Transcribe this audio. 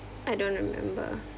I don't remember